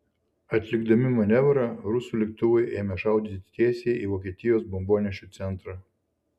atlikdami manevrą rusų lėktuvai ėmė šaudyti tiesiai į vokietijos bombonešių centrą